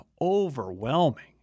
overwhelming